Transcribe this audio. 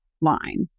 line